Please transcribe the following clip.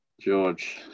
George